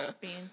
beans